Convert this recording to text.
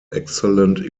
excellent